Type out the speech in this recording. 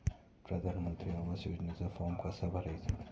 प्रधानमंत्री आवास योजनेचा फॉर्म कसा भरायचा?